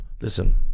listen